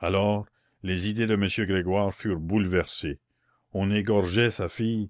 alors les idées de m grégoire furent bouleversées on égorgeait sa fille